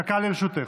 דקה לרשותך.